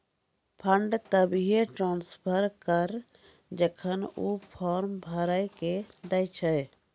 fund तभिये transfer करऽ जेखन ऊ फॉर्म भरऽ के दै छै